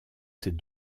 ses